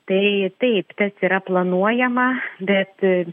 tai taip tas yra planuojama bet